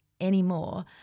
anymore